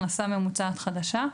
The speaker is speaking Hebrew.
הכנסה ממוצעת חדשה),